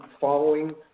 following